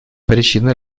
причина